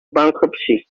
bankruptcy